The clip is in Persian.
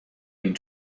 این